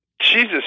Jesus